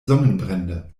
sonnenbrände